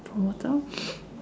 promoter